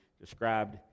described